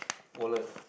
wallet